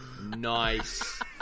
Nice